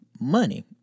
money